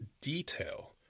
detail